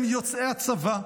הם יוצאי הצבא.